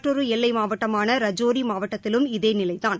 மற்றொரு எல்லை மாவட்டமான ரஜோரி மாவட்டத்திலும் இதே நிலைதான்